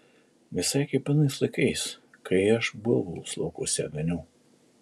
visai kaip anais laikais kai aš buivolus laukuose ganiau